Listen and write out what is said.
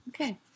Okay